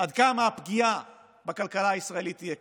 עד כמה הפגיעה בכלכלה הישראלית תהיה קשה.